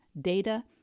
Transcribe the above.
data